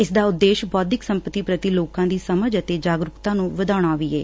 ਇਸਦਾ ਉਦੇਸ਼ ਬੌਧਿਕ ਸੰਪਤੀ ਪ੍ਰਤੀ ਲੋਕਾਂ ਦੀ ਸਮਝ ਅਤੇ ਜਾਗਰੁਕਤਾ ਨੁੰ ਵਧਾਉਣਾ ਵੀ ਏ